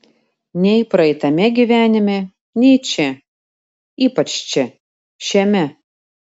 nei praeitame gyvenime nei čia ypač čia šiame